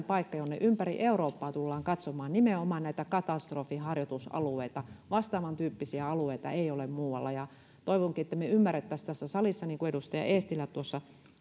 paikka jonne ympäri eurooppaa tullaan katsomaan nimenomaan näitä katastrofiharjoitusalueita vastaavantyyppisiä alueita ei ole muualla toivonkin että me ymmärtäisimme tässä salissa niin kuin edustaja eestilä tuossa